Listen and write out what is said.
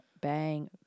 bang